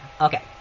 Okay